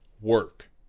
work